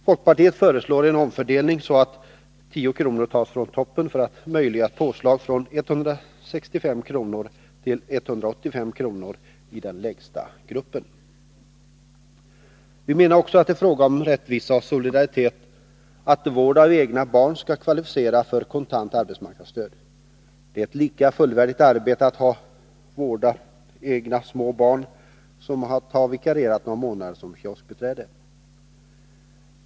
Folkpartiet föreslår en omfördelning så att 10 kr. tas från toppen för att möjliggöra ett påslag från 165 kr. till 185 kr. i den lägsta gruppen. Vi menar också att det är en fråga om rättvisa och solidaritet att vård av egna barn skall kunna kvalificera till kontant arbetsmarknadsstöd. Det är ett lika fullvärdigt arbete att ha vårdat egna små barn som att ha vikarierat några månader som kioskbiträde.